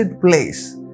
place